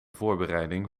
voorbereiding